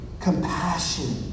Compassion